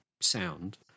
sound